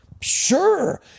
sure